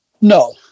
No